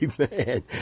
Amen